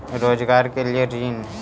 रोजगार के लिए ऋण?